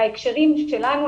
בהקשרים שלנו,